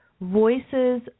voices